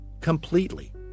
completely